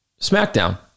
SmackDown